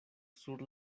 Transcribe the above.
sur